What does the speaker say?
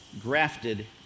grafted